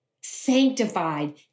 sanctified